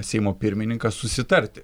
seimo pirmininką susitarti